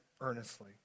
earnestly